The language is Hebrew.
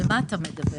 על מה אתה מדבר?